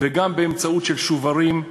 וגם באמצעות שוברים,